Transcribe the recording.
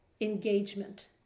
engagement